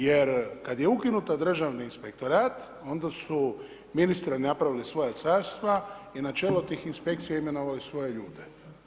Jer kad je ukinut Državni inspektorat, onda su ministri napravili svoja carstva i na čelu tih inspekcija, imenovali svoje ljude.